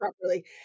properly